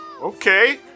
Okay